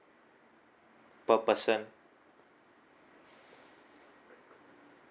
per person